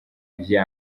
vya